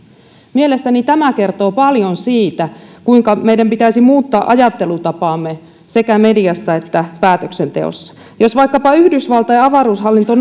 mielestäni tämä kertoo paljon siitä kuinka meidän pitäisi muuttaa ajattelutapaamme sekä mediassa että päätöksenteossa jos vaikkapa yhdysvaltain avaruushallinto